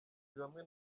bamwe